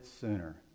sooner